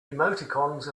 emoticons